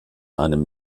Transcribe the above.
einem